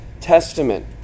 Testament